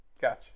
Gotcha